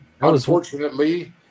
Unfortunately